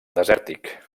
desèrtic